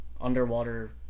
Underwater